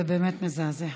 זה באמת מזעזע.